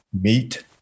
meet